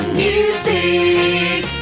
music